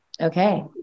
Okay